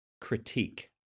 critique